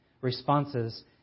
responses